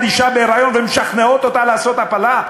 אישה בהיריון ומשכנעות אותה לעשות הפלה?